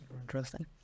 Interesting